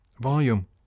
Volume